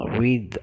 read